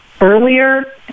earlier